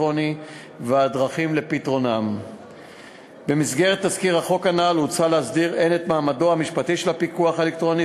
ובשיפור תנאי הכליאה של האסירים והעצורים,